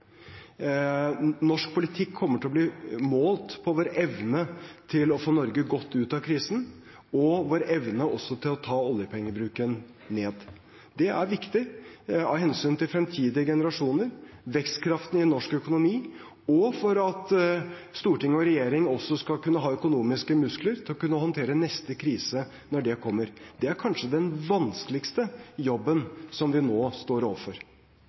Norsk politikk kommer til å bli målt på vår evne til å få Norge godt ut av krisen og vår evne til også å ta oljepengebruken ned. Det er viktig av hensyn til fremtidige generasjoner, vekstkraften i norsk økonomi og for at Stortinget og regjeringen også skal kunne ha økonomiske muskler til å kunne håndtere neste krise når den kommer. Det er kanskje den vanskeligste jobben som vi nå står overfor.